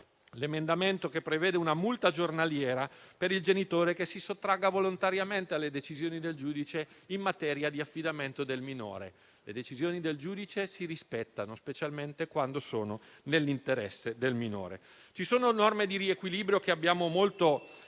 l'emendamento che prevede una multa giornaliera per il genitore che si sottragga volontariamente alle decisioni del giudice in materia di affidamento del minore: le decisioni del giudice si rispettano, specialmente quando sono nell'interesse del minore. Ci sono norme di riequilibrio che abbiamo ritenuto